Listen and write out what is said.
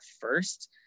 first